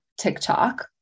TikTok